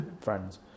Friends